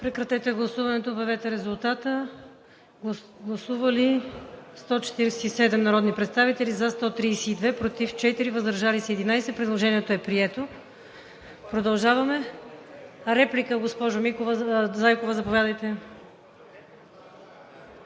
ден да започнем с нея. Гласували 147 народни представители: за 132, против 4, въздържали се 11. Предложението е прието. Продължаваме. Реплика – госпожо Зайкова, заповядайте.